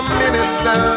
minister